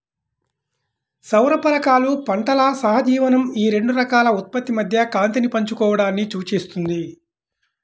సౌర ఫలకాలు పంటల సహజీవనం ఈ రెండు రకాల ఉత్పత్తి మధ్య కాంతిని పంచుకోవడాన్ని సూచిస్తుంది